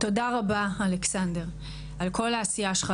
תודה רבה אלכסנדר על כל העשייה שלך.